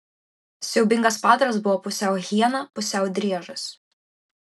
siaubingas padaras buvo pusiau hiena pusiau driežas